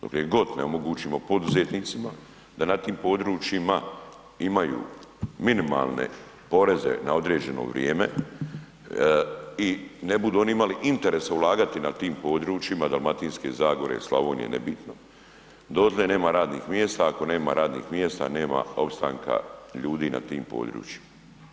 Dokle god ne omogućimo poduzetnicima da na tim područjima imaju minimalne poreze na određeno vrijeme i ne budu li oni imali interesa ulagati na tim područjima Dalmatinske zagore, Slavonije nebitno dotle nema radnih mjesta, a ako nema radnih mjesta nema opstanka ljudi na tim područjima.